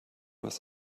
was